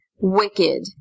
Wicked